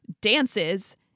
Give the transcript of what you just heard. dances